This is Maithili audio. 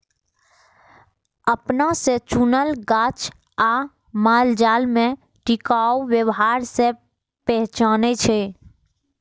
अपना से चुनल गाछ आ मालजाल में टिकाऊ व्यवहार से पहचानै छै